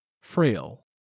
frail